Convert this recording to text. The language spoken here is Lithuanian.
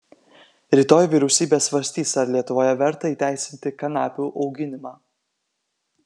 rytoj vyriausybė svarstys ar lietuvoje verta įteisinti kanapių auginimą